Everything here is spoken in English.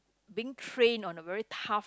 being trained on a very tough